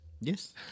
Yes